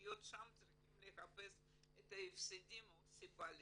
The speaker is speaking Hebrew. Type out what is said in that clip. להיות ששם צריכים לחפש את הסיבה להפסדים.